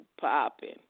popping